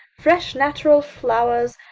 fresh natural flowers,